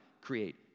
create